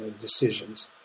decisions